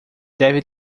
deve